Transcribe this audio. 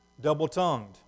double-tongued